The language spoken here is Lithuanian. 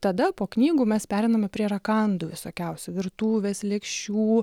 tada po knygų mes pereiname prie rakandų visokiausių virtuvės lėkščių